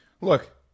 Look